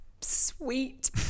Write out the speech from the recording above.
sweet